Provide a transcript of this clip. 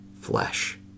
flesh